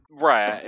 right